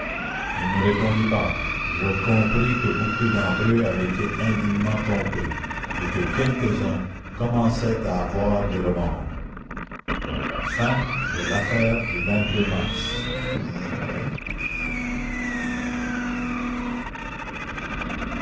il ne répondit pas je compris que beaucoup d'entre eux avaient été indignement trompés et que quelques-uns commençaient à avoir des remords